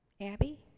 Abby